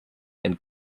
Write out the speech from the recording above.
and